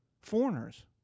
foreigners